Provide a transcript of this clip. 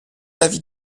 l’avis